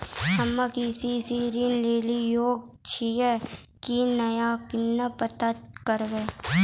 हम्मे के.सी.सी ऋण लेली योग्य छियै की नैय केना पता करबै?